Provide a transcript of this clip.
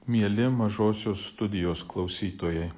mieli mažosios studijos klausytojai